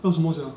还有什么 sia